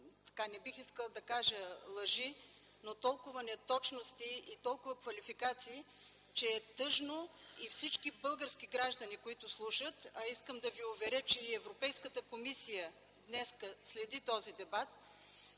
– не бих искала да кажа лъжи, но толкова неточности и квалификации, че е тъжно. Всички български граждани, които слушат, а искам да ви уверя, че и Европейската комисия днес следи този дебат,